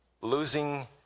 losing